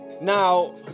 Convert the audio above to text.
Now